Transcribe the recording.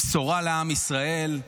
בשורה לעם ישראל.